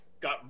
got